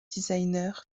designer